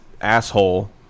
asshole